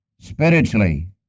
spiritually